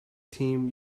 team